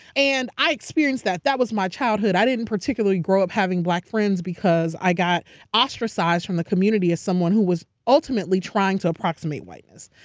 and i experienced that, that was my childhood. i didn't particularly grow up having black friends because i got ostracized from the community as someone who was ultimately trying to approximate whiteness.